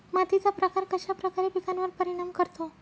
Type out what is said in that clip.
मातीचा प्रकार कश्याप्रकारे पिकांवर परिणाम करतो?